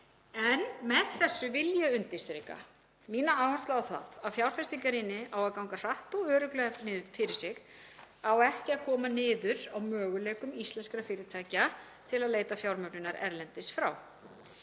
Með þessu vil ég undirstrika mína áherslu á það að fjárfestingarýni á að ganga hratt og örugglega fyrir sig. Hún á ekki að koma niður á möguleikum íslenskra fyrirtækja til að leita fjármögnunar erlendis frá.